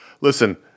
Listen